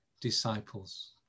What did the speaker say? disciples